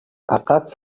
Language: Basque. akats